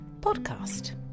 podcast